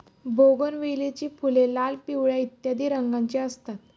बोगनवेलीची फुले लाल, पिवळ्या इत्यादी रंगांची असतात